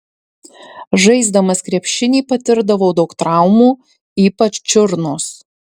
žaisdamas krepšinį patirdavau daug traumų ypač čiurnos